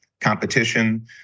competition